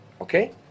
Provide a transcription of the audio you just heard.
Okay